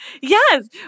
Yes